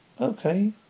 Okay